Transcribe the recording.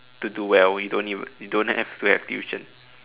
to do well you don't even you don't have to have tuition